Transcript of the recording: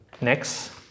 Next